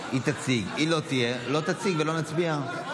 אנחנו נעבור לסעיף הבא על